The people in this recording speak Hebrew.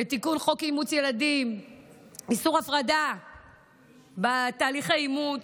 לתיקון חוק אימוץ ילדים לאיסור הפרדה בתהליכי אימוץ,